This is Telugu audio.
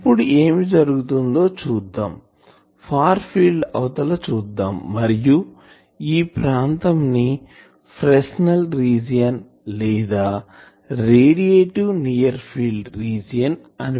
ఇప్పుడు ఏమి జరుగుతుందో చూద్దాం ఫార్ ఫీల్డ్ అవతల చూద్దాం మరియు ఈ ప్రాంతం ను ఫ్రెస్నెల్ రీజియన్ లేదా రేడియేటివ్ నియర్ ఫీల్డ్ రీజియన్radiative near field region